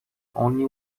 only